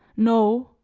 no,